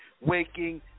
waking